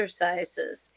exercises